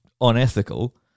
unethical